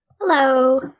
Hello